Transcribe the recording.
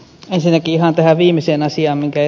ensinnäkin ihan tähän viimeiseen asiaan minkä ed